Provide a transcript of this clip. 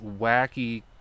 wacky